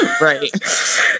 right